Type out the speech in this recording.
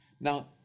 Now